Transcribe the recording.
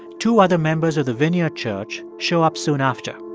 two other members of the vineyard church show up soon after